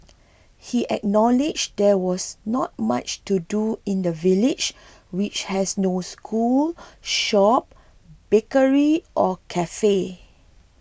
he acknowledged there was not much to do in the village which has no school shop bakery or cafe